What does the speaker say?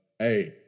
Hey